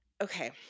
okay